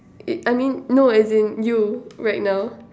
uh I mean no as in you right now